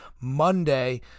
Monday